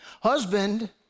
Husband